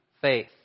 faith